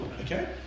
Okay